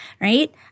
right